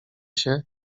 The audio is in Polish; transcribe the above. się